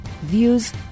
views